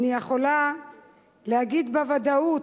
אני יכולה להגיד בוודאות,